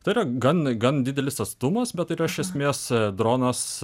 tai yra gan gan didelis atstumas bet yra iš esmės dronas